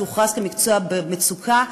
שהוכרז כמקצוע במצוקה,